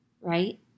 Right